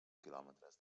quilòmetres